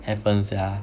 happens sia